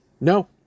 No